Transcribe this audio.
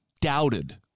doubted